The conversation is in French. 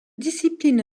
discipline